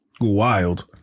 wild